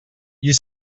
gli